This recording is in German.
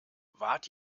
wart